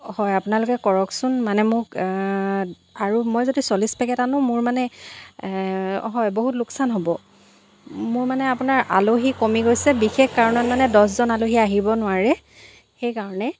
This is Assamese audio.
হয় আপোনালোকে কৰকচোন মানে মোক আৰু মই যদি চল্লিছ পেকেট আনোঁ মোৰ মানে হয় বহুত লোকচান হ'ব মোৰ মানে আপোনাৰ আলহী কমি গৈছে বিশেষ কাৰণত মানে দছজন আলহী আহিব নোৱাৰে সেইকাৰণে